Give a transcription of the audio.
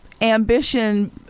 ambition